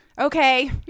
Okay